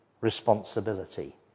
responsibility